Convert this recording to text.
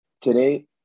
today